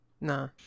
Nah